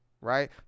Right